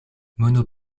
mono